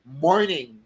morning